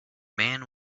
man